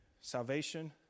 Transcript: Salvation